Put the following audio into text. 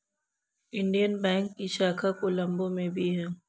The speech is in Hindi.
इंडियन बैंक की शाखा कोलम्बो में भी है